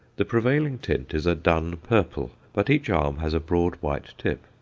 the prevailing tint is a dun-purple, but each arm has a broad white tip.